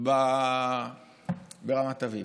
ברמת אביב.